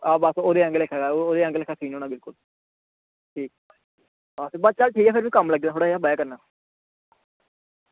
आं ओह्दे आह्ङर ओह्दे आह्ङर लेखा सीन होना बिल्कुल आं ठीक फिर में कम्म लग्गे दा थोह्ड़ा बाद च करना